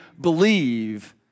believe